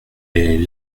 est